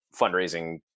fundraising